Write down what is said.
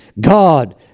God